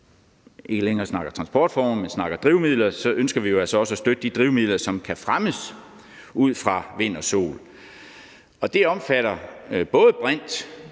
ikke længere snakker transportformer, men snakker drivmidler – at støtte de drivmidler, som kan fremmes ud fra vind og sol, og det omfatter både brint,